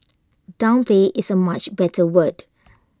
downplay is A much better word